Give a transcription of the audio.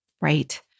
right